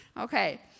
okay